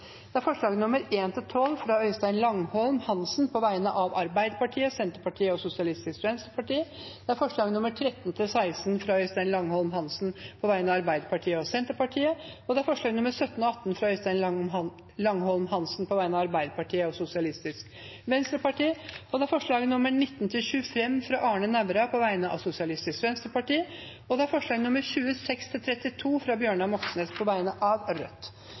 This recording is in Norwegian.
alt 32 forslag. Det er forslagene nr. 1–12, fra Øystein Langholm Hansen på vegne av Arbeiderpartiet, Senterpartiet og Sosialistisk Venstreparti forslagene nr. 13–16, fra Øystein Langholm Hansen på vegne av Arbeiderpartiet og Senterpartiet forslagene nr. 17 og 18, fra Øystein Langholm Hansen på vegne av Arbeiderpartiet og Sosialistisk Venstreparti forslagene nr. 19–25, fra Arne Nævra på vegne av Sosialistisk Venstreparti forslagene nr. 26–32, fra Bjørnar Moxnes på vegne av Rødt